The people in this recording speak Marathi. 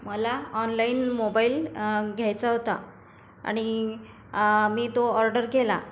मला ऑनलाईन मोबाईल घ्यायचा होता आणि मी तो ऑर्डर केला